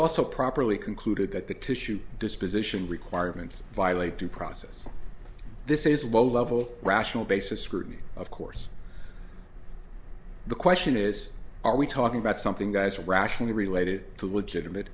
also properly concluded that the tissue disposition requirements violate due process this is well level rational basis scrutiny of course the question is are we talking about something guys rationally related to legitimate